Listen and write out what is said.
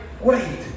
wait